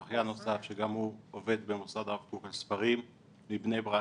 או אחיין נוסף שגם הוא עובד במוסד הרב קוק עם ספרים בבני ברק.